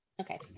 Okay